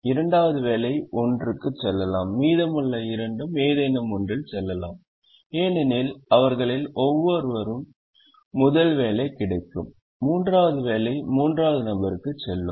இரண்டாவது வேலை ஒன்றுக்குச் செல்லும் மீதமுள்ள 2 ம் ஏதேனும் ஒன்றில் செல்லலாம் ஏனெனில் அவர்களில் ஒருவருக்கு முதல் வேலை கிடைக்கும் மூன்றாவது வேலை மூன்றாவது நபருக்கு செல்லும்